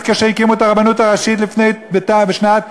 כאשר הקימו את הרבנות הראשית בשנת תרפ"א,